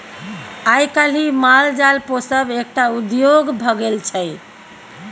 आइ काल्हि माल जाल पोसब एकटा उद्योग भ गेल छै